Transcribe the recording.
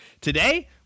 Today